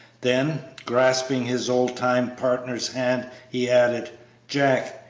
then, grasping his old-time partner's hand, he added jack,